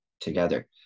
together